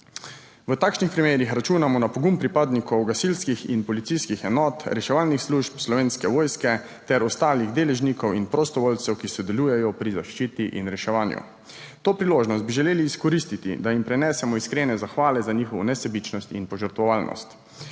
V takšnih primerih računamo na pogum pripadnikov gasilskih in policijskih enot, reševalnih služb, slovenske vojske ter ostalih deležnikov in prostovoljcev, ki sodelujejo pri zaščiti in reševanju. To priložnost bi želeli izkoristiti, da jim prinesemo iskrene zahvale za njihovo nesebičnost in požrtvovalnost.